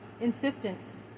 insistence